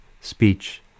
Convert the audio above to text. speech